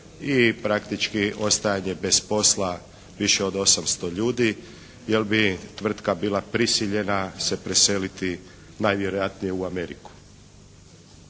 i praktički ostajanje bez poslova više od 800 ljudi, jer bi tvrtka bila prisiljena se preseliti najvjerojatnije u Ameriku.